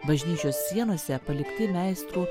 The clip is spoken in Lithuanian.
bažnyčios sienose palikti meistrų